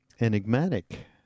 enigmatic